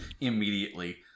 immediately